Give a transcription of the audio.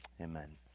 Amen